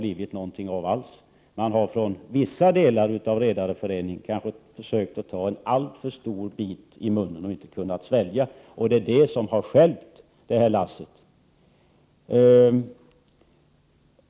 Ni talar också om öppna register. Det kanske är det talet som har gjort att det inte blivit något alls.